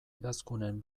idazkunen